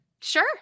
Sure